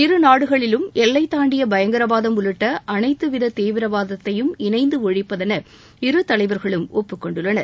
இரு நாடுகளிலும் எல்லை தாண்டிய பயங்கரவாதம் உள்ளிட்ட அனைத்து வித தீவிரவாதத்தையும் இணைந்து ஒழிப்பதெள இரு தலைவர்களும் ஒப்புக்கொண்டுள்ளனர்